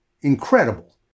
incredible